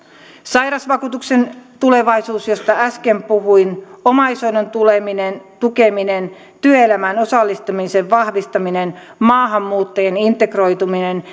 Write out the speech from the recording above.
sairausvakuutuksen tulevaisuus josta äsken puhuin omaishoidon tukeminen tukeminen työelämään osallistumisen vahvistaminen maahanmuuttajien integroituminen